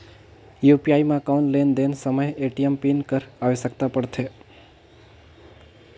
UPI म कौन लेन देन समय ए.टी.एम पिन कर आवश्यकता पड़थे?